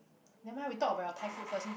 nevermind we talk about your thai food first since